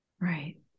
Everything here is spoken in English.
Right